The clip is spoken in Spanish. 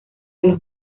los